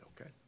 Okay